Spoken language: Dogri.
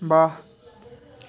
वाह्